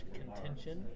contention